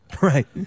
Right